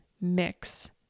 mix